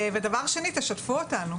ודבר שני, תשתפו אותנו.